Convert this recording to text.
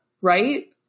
right